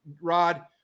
rod